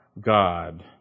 God